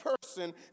person